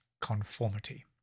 conformity